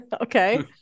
okay